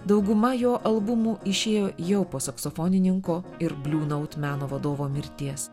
dauguma jo albumų išėjo jau po saksofonininko ir bliu naut meno vadovo mirties